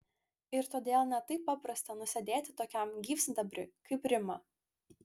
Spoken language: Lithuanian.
ir todėl ne taip paprasta nusėdėti tokiam gyvsidabriui kaip rima